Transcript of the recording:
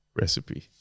recipe